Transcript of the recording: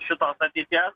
šitos ateities